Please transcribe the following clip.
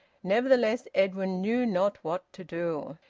nevertheless edwin knew not what to do.